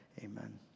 amen